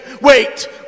wait